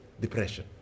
depression